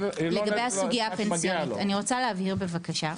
לגבי הסוגיה הפנסיונית, אני רוצה להבהיר בבקשה.